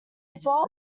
flop